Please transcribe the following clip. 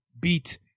beat